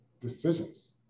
decisions